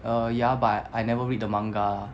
err ya but I I never read the manga lah